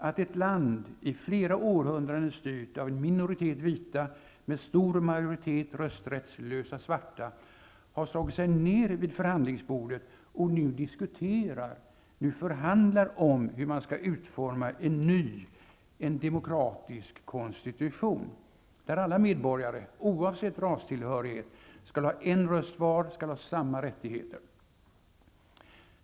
Ett land, som i flera århundraden har styrts av en minoritet vita med en stor majoritet rösträttslösa svarta, har slagit sig ner vid förhandlingsbordet och diskuterar nu, förhandlar nu, hur man skall utforma en ny demokratisk konstitution där alla medborgare oavsett rastillhörighet skall ha en röst var, skall ha samma rättigheter.